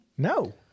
No